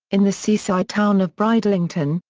in the seaside town of bridlington,